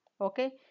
Okay